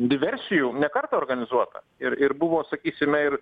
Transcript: diversijų ne kartą organizuota ir ir buvo sakysime ir